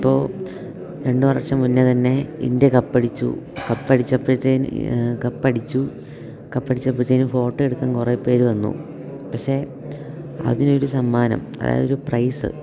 ഇപ്പോൾ രണ്ട് വർഷം മുന്നേ തന്നെ ഇന്ത്യ കപ്പടിച്ചു കപ്പടിച്ചപ്പഴത്തേന് കപ്പടിച്ചു കപ്പടിച്ചപ്പഴത്തേനും ഫോട്ടോ എടുക്കാൻ കുറെ പേര് വന്നു പക്ഷേ അതിനൊരു സമ്മാനം അതായതൊരു പ്രൈസ്